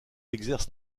exerce